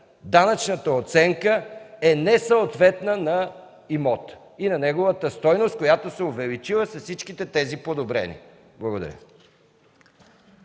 данъчната оценка е несъответна на имота и на неговата стойност, която се е увеличила с всичките тези подобрения. Благодаря.